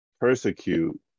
persecute